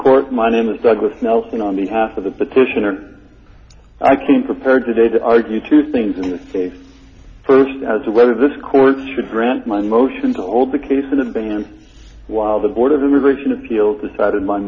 court my name is douglas nelson on behalf of the petitioner i came prepared today to argue two things in this case first as to whether this court should grant my motion to hold the case in abeyance while the board of immigration appeals decided my